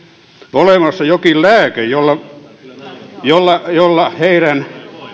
olemassa jokin lääke jolla jolla heidän